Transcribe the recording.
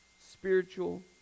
spiritual